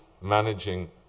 managing